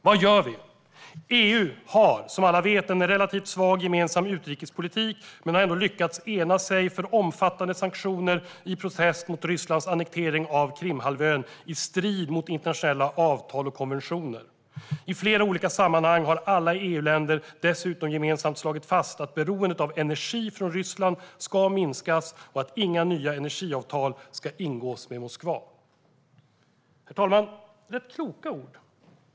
Vad gör vi? EU har, som alla vet, en relativt svag gemensam utrikespolitik men har ändå lyckats ena sig för omfattande sanktioner i protest mot Rysslands annektering av Krimhalvön i strid med internationella avtal och konventioner. I flera olika sammanhang har alla EU-länder dessutom gemensamt slagit fast att beroendet av energi från Ryssland ska minskas och att inga nya energiavtal ska ingås med Moskva." Herr talman! Det var rätt kloka ord.